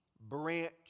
branch